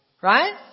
Right